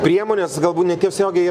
priemonės galbūt netiesiogiai